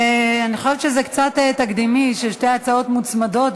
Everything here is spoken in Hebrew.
אני חושבת שזה קצת תקדימי ששתי הצעות מוצמדות,